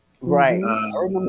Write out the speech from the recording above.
Right